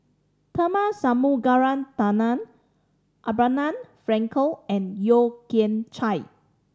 Tharman Shanmugaratnam Abraham Frankel and Yeo Kian Chye